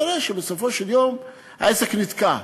והתברר שבסופו של יום העסק נתקע.